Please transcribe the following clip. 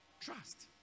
Trust